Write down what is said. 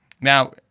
Now